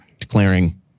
declaring